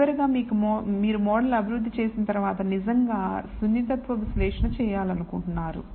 చివరగా మీరు మోడల్ అభివృద్ధి చేసిన తర్వాత నిజంగా సున్నితత్వ విశ్లేషణ చేయాలనుకుంటున్నారు